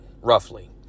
roughly